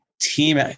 team